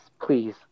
Please